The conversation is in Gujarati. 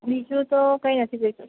બીજું તો કઈ નથી જોઈતું